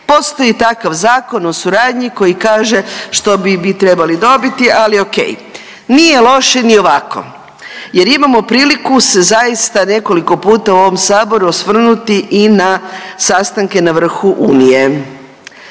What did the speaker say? postoji takav zakon o suradnji koji kaže što bi, bi trebali dobiti, ali okej. Nije loše ni ovako jer imamo priliku se zaista nekoliko puta u ovom saboru osvrnuti i na sastanke na vrhu Unije.